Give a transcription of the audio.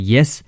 Yes